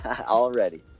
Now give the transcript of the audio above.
Already